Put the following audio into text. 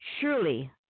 surely